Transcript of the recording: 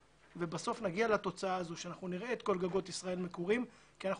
ובסוף נגיע לתוצאה הזאת שנראה את כל גגות ישראל מקורים כי אנחנו